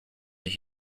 that